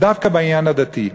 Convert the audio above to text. אלא דווקא בעניין הדתי?